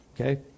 okay